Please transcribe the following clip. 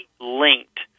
linked